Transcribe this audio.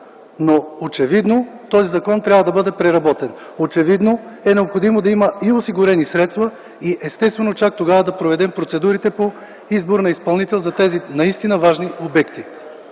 Но очевидно този закон трябва да бъде преработен, очевидно е необходимо да има и осигурени средства и естествено чак тогава да проведем процедурите по избор на изпълнител за тези наистина важни обекти.